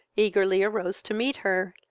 eagerly arose to meet her,